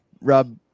Rob